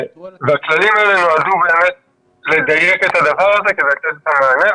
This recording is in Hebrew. הכללים האלה נועדו באמת לדייק את הדבר הזה כדי לתת מענה,